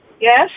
Yes